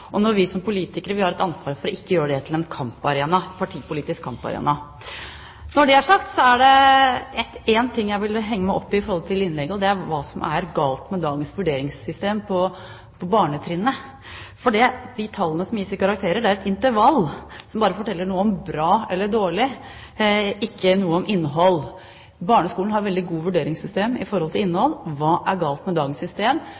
kamparena. Når det er sagt, er det én ting jeg vil henge meg opp i i innlegget, og det er hva som er galt med dagens vurderingssystem på barnetrinnet. De tallene som gis i karakterer, er et intervall som bare forteller noe om bra eller dårlig, ikke noe om innhold. Barneskolen har et veldig godt vurderingssystem når det gjelder innhold. Hva er galt med dagens system? Systemet på ungdomsskolen må selvfølgelig være rettet inn mot at man skal inn i en videregående opplæring, og man må da ha et tallsystem. Det behovet er ikke til